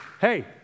hey